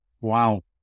Wow